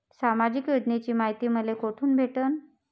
सामाजिक योजनेची मायती मले कोठून भेटनं?